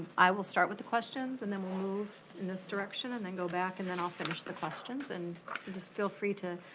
i will start with the questions and then we'll move in this direction and then go back and then i'll finish the questions, and just feel free to